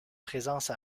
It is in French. présence